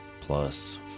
plus